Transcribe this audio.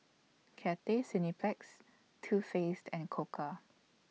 Cathay Cineplex Too Faced and Koka